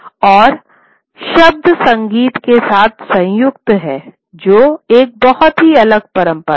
यह और शब्द संगीत के साथ संयुक्त हैं जो एक बहुत ही अलग परंपरा है